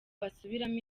basubiramo